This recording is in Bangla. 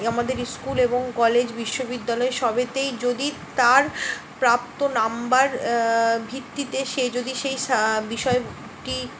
আমাদের স্কুল এবং কলেজ বিশ্ববিদ্যালয় সবেতেই যদি তার প্রাপ্ত নাম্বার ভিত্তিতে সে যদি সেই বিষয়টি